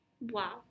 Wow